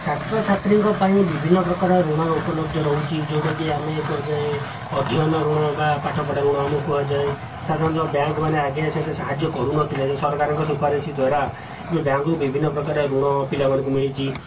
ଛାତ୍ରଛାତ୍ରୀଙ୍କ ପାଇଁ ବିଭିନ୍ନ ପ୍ରକାରର ଋଣର ଉପଲବ୍ଧ ରହୁଛି ଯେଉଁଟାକି ଆମେ କୁହାଯାଏ ଅଧ୍ୟନ ଋଣ ବା ପାଠପଢ଼ା ଋଣ ଆମକୁ କୁହାଯାଏ ସାଧାରଣତଃ ବ୍ୟାଙ୍କମାନେ ଆଗେ ସେତେ ସାହାଯ୍ୟ କରୁନଥିଲେ ସରକାରଙ୍କ ସୁପାରିସ ଦ୍ଵାରା ଏବେ ବ୍ୟାଙ୍କରୁ ବିଭିନ୍ନ ପ୍ରକାରିଆ ଋଣ ପିଲାମାନଙ୍କୁ ମିଳିଛି